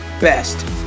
best